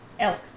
Elk